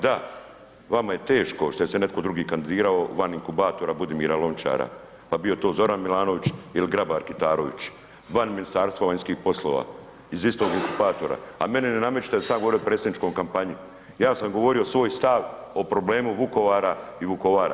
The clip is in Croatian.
Da, vama je teško što se netko drugi kandidirao van inkubatora Budimira Lončara pa bio to Zoran Milanović ili Grabar-Kitarović, van Ministarstva vanjskih poslova iz istog inkubatora a meni ne namećete da sam ja govorio o predsjedničkoj kampanji, ja sam govorio svoj stav o problemu Vukovara i Vukovaraca.